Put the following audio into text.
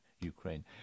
Ukraine